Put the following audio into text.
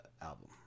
album